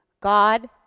God